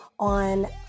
on